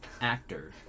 Actor